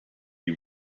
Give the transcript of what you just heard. you